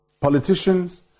Politicians